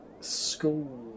school